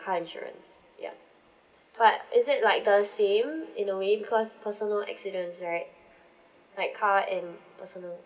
car insurance ya but is it like the same in a way because personal accidents right like car and personal